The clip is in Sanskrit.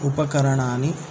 उपकरणानि